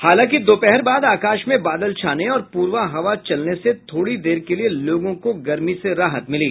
हालांकि दोपहर बाद आकाश में बादल छाने और प्रबा हवा चलने से थोड़ी देर के लिये लोगों को गर्मी से राहत मिली